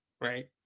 Right